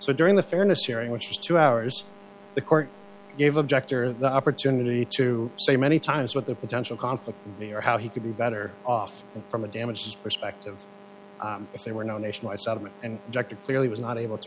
so during the fairness hearing which was two hours the court gave objector the opportunity to say many times what the potential conflict or how he could be better off from a damaged perspective if there were no nationwide settlement and dr clearly was not able to